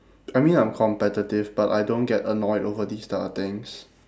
I mean I'm competitive but I don't get annoyed over this type of things